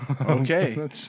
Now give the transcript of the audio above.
Okay